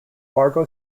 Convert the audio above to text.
fargo